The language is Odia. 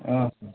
ହଁ ହଁ